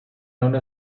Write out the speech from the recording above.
uno